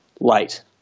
late